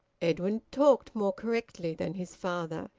edwin talked more correctly than his father.